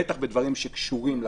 בטח בדברים שקשורים לקורונה,